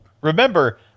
Remember